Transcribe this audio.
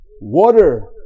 water